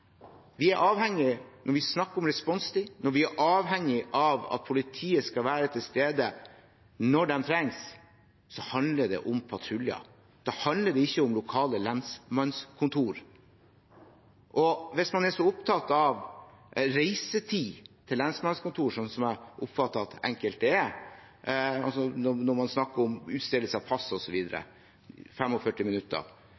Når vi snakker om responstid, når vi er avhengig av at politiet skal være til stede når det trengs, handler det om patruljer. Da handler det ikke om lokale lensmannskontor. Hvis man er så opptatt av reisetid til lensmannskontor, som jeg har oppfattet at enkelte er – når man snakker om utstedelse av pass, osv., 45 minutter – vel, så